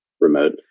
remote